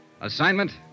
Assignment